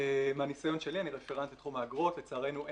הפסיקה ומהניסיון שלי אני רפרנט בתחום האגרות לצערנו,